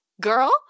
girl